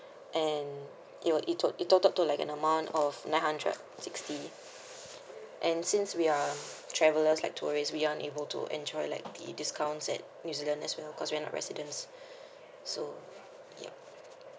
and it were it tot~ it total to like an amount of nine hundred sixty and since we are travelers like tourist we unable to enjoy like the discounts at new zealand as well cause we are not residents so yup